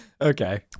okay